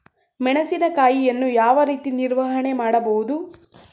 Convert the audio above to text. ಮೆಣಸಿನಕಾಯಿಯನ್ನು ಯಾವ ರೀತಿ ನಿರ್ವಹಣೆ ಮಾಡಬಹುದು?